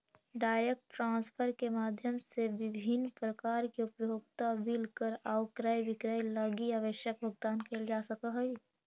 direct transfer के माध्यम से विभिन्न प्रकार के उपभोक्ता बिल कर आउ क्रय विक्रय लगी आवश्यक भुगतान कैल जा सकऽ हइ